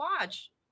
watch